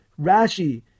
Rashi